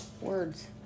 Words